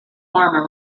former